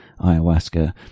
ayahuasca